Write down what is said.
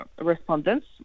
respondents